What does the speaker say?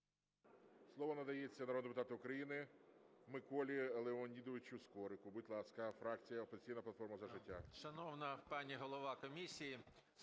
Слово надається народному депутату України Миколі Леонідовичу Скорику, будь ласка, фракція "Опозиційна